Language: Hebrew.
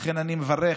לכן, אני מברך